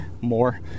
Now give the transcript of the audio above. more